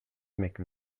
make